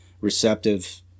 receptive